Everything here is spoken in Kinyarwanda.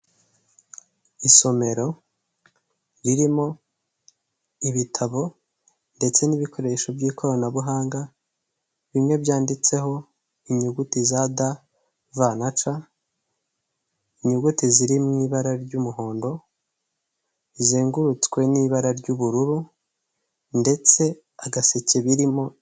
Tagisi vuwatire yo mu bwoko bwa yego kabusi ushobora guhamagara iriya nimero icyenda rimwe icyenda rimwe ikaza ikagutwara aho waba uherereye hose kandi batanga serivisi nziza n'icyombaziho .